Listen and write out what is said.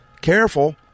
careful